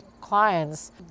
clients